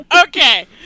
Okay